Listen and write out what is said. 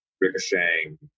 ricocheting